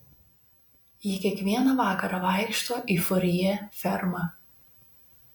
ji kiekvieną vakarą vaikšto į furjė fermą